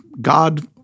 God